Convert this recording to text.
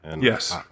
Yes